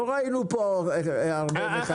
לא ראינו פה הרבה מחייכים.